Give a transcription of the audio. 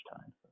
time